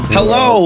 Hello